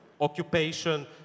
occupation